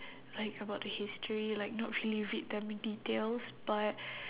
like about the history like not really read them in details but